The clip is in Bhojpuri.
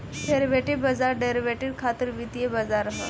डेरिवेटिव बाजार डेरिवेटिव खातिर वित्तीय बाजार ह